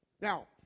Now